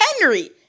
Henry